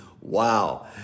Wow